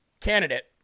candidate